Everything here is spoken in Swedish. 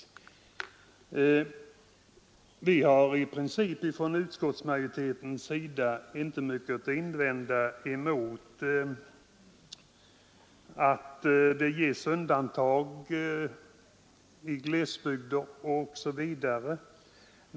Vi har i princip från utskottsmajoritetens sida inte mycket att invända mot att det görs undantag i glesbygder osv.